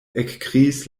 ekkriis